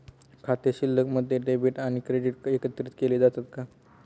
खाते शिल्लकमध्ये डेबिट आणि क्रेडिट एकत्रित केले जातात का?